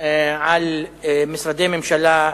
על משרדי ממשלה,